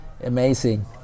Amazing